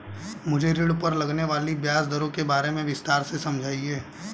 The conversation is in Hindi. मुझे ऋण पर लगने वाली ब्याज दरों के बारे में विस्तार से समझाएं